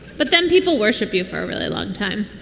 but then people worship you for a really long time.